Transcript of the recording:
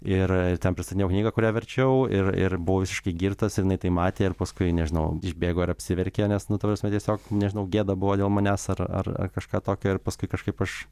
ir ten pristatinėjau knygą kurią verčiau ir ir buvo visiškai girtas ir jinai tai matė ir paskui nežinau išbėgo ir apsiverkė nes nu ta prasme tiesiog nežinau gėda buvo dėl manęs ar ar ar kažką tokio ir paskui kažkaip aš